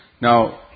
Now